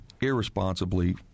irresponsibly